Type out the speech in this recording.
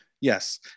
Yes